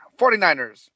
49ers